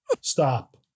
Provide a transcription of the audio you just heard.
Stop